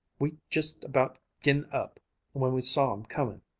we'd just about gi'n up when we saw em coming.